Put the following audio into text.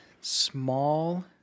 small